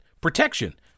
protection